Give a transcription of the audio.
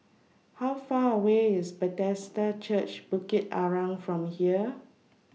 How Far away IS Bethesda Church Bukit Arang from here